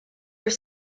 were